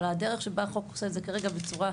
אבל הדרך שבה החוק עושה את זה כרגע, בצורה,